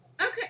Okay